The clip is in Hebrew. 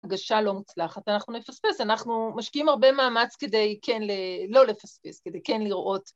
‫הגשה לא מוצלחת, אנחנו נפספס, ‫אנחנו משקיעים הרבה מאמץ ‫כדי כן ל... לא לפספס, ‫כדי כן לראות...